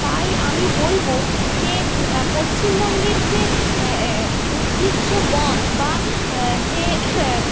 তাই আমি বলবো যে পশ্চিমবঙ্গের যে উদ্ভিজ্জ বন বা যে